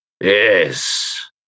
Yes